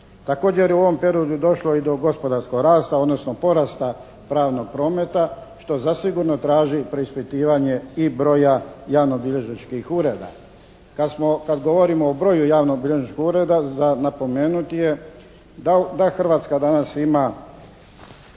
Također je i u ovom periodu došlo i do gospodarskog rasta odnosno porasta pravnog prometa što zasigurno traži preispitivanje i broja javnobilježničkih ureda. Kad govorimo o broju javnobilježničkih ureda za napomenuti je da Hrvatska danas ima